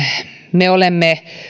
me olemme